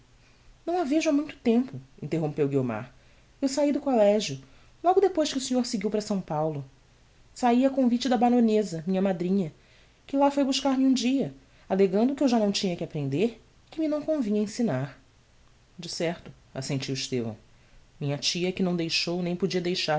a vejo ha muito tempo interrompeu guiomar eu saí do collegio logo depois que o senhor seguiu para s paulo saí a convite da baroneza minha madrinha que lá foi buscar-me um dia allegando que eu já não tinha que aprender e que me não convinha ensinar de certo assentiu estevão minha tia é que não deixou nem podia deixar